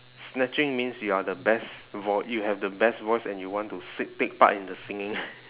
snatching means you are the best voi~ you have the best voice and you want to seek take part in the singing